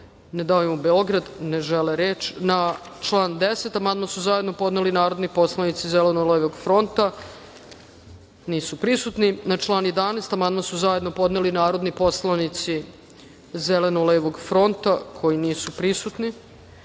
Ne davimo Beograd. Ne žele reč. Na član 10. amandman su zajedno podneli narodni poslanici Zeleno-levog fronta. Nisu prisutni. Na član 11. amandman su zajedno podneli narodni poslanici Zeleno-levog fronta, koji nisu prisutni. Na